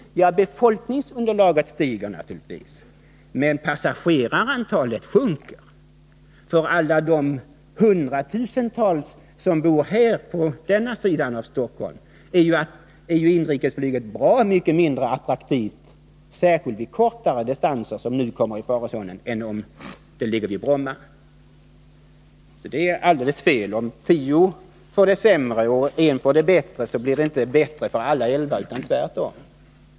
Ja, befolkningsunderlaget stiger naturligtvis — men passagerarantalet sjunker. För de hundratusentals människor som bor på denna sida av Stockholm är ju inrikesflyget på Arlanda mycket mindre attraktivt — speciellt vid kortare distanser som nu kommer i farozonen — än om det ligger i Bromma. Herr Zachrisson har alltså helt fel. Om tio får det sämre och en får det bättre, så blir det inte bättre för alla elva, tvärtom.